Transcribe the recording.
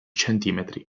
centimetri